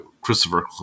Christopher